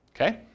Okay